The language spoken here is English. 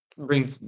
bring